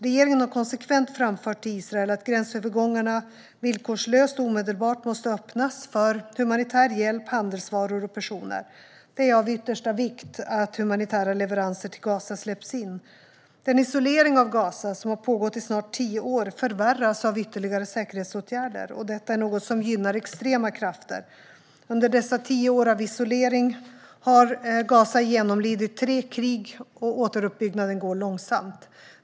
Regeringen har konsekvent framfört till Israel att gränsövergångarna, villkorslöst och omedelbart, måste öppnas - för humanitär hjälp, handelsvaror och personer. Det är av yttersta vikt att humanitära leveranser till Gaza släpps in. Den isolering av Gaza som har pågått i snart tio år förvärras av ytterligare säkerhetsåtgärder. Detta är något som gynnar extrema krafter. Under dessa tio år av isolering har Gaza genomlidit tre krig, och återuppbyggnaden går långsamt.